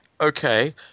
Okay